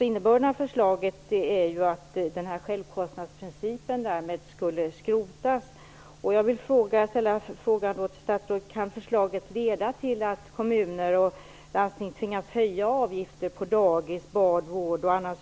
Innebörden av förslaget är ju att den här självkostnadsprincipen därmed skulle skrotas.